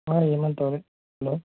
ಹಾಂ ಹೇಮಂತ್ ಅವರೆ ಹಲೋ